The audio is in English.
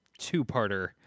two-parter